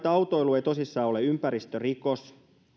autoilu ei tosissaan ole ympäristörikos